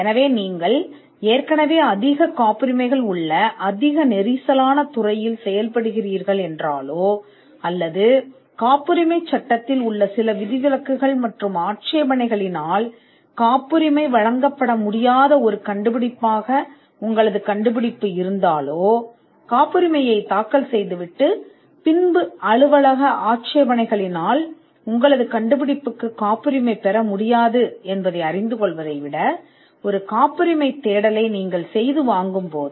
எனவே நீங்கள் அதிக நெரிசலான துறையில் செயல்படுகிறீர்களானால் மற்ற காப்புரிமைகள் உள்ளன அல்லது உங்கள் கண்டுபிடிப்பு காப்புரிமைச் சட்டத்தில் சில ஆட்சேபனைகள் அல்லது விதிவிலக்குகள் காரணமாக காப்புரிமை வழங்கப்படாத ஒரு கண்டுபிடிப்பு என்றால் நீங்கள் இன்னும் பலவற்றைச் சேமிப்பீர்கள் காப்புரிமையை தாக்கல் செய்வதை விட காப்புரிமை தேடலை நீங்கள் செய்தால் செலவுகள் பின்னர் உங்கள் கண்டுபிடிப்புக்கு காப்புரிமை பெற முடியாது என்பதை அலுவலக ஆட்சேபனைகள் மூலம் உணர்ந்தால்